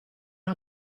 una